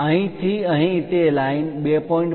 અહીંથી અહીં તે લાઇન 2